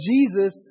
Jesus